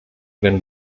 den